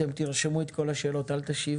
אתם תרשמו את כל השאלות, אל תשיבו,